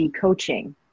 coaching